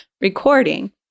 recording